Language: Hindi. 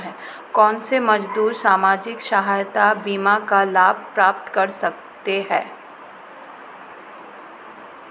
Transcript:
कौनसे मजदूर सामाजिक सहायता बीमा का लाभ प्राप्त कर सकते हैं?